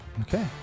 okay